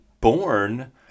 born